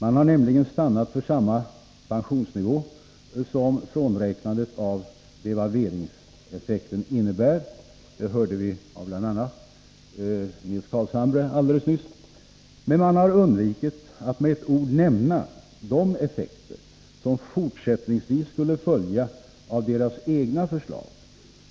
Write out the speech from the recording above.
Man har nämligen stannat för samma pensionsnivå som frånräknandet av devalveringseffekten innebär — det hörde vi av bl.a. Nils Carlshamre alldeles nyss — men man har undvikit att med ett ord nämna de effekter som fortsättningsvis skulle följa av deras egna förslag,